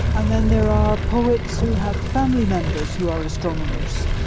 and then there are poets who have family members who are astronomers.